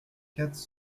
quatre